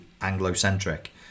Anglo-centric